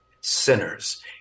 sinners